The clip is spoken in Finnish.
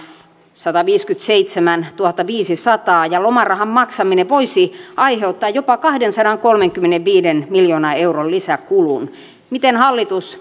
sataviisikymmentäseitsemäntuhattaviisisataa ja lomarahan maksaminen voisi aiheuttaa jopa kahdensadankolmenkymmenenviiden miljoonan euron lisäkulun miten hallitus